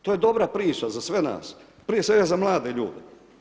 To je dobra priča za sve nas, prije svega za mlade ljude.